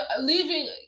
Leaving